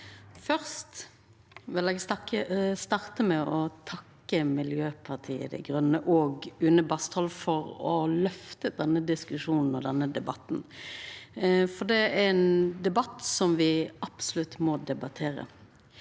Først vil eg starta med å takka Miljøpartiet Dei Grøne og Une Bastholm for å løfta opp denne diskusjonen og denne debatten, for dette er ein debatt vi absolutt må ta.